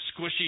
squishy